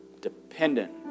Dependent